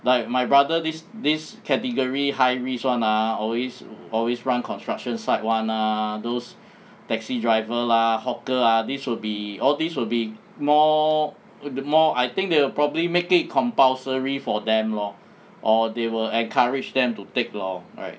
like my brother this this category high risk one ah always always run construction site [one] ah those taxi driver lah hawker ah these will be all these will be more more I think they will probably make it compulsory for them lor or they will encourage them to take lor right